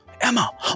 Emma